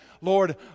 Lord